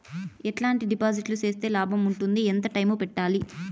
ఎట్లాంటి డిపాజిట్లు సేస్తే లాభం ఉంటుంది? ఎంత టైము పెట్టాలి?